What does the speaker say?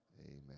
Amen